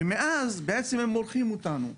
ומאז הם בעצם מורחים אותנו,